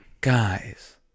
guys